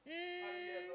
um